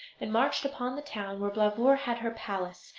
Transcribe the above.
and marched upon the town where blauvor had her palace.